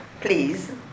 please